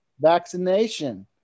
Vaccination